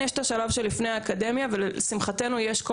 יש את השלב שלפני האקדמיה ולשמחתנו יש כל